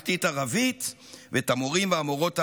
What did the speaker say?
הממלכתית-ערבית ואת המורים והמורות הערבים,